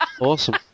Awesome